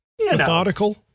Methodical